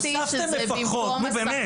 הוספתם מפקחות נו באמת.